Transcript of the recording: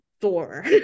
Thor